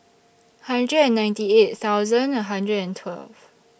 hundred and ninety eight thousand hundred and twelve